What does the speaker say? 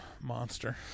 monster